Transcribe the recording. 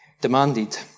demanded